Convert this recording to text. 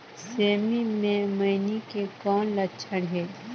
सेमी मे मईनी के कौन लक्षण हे?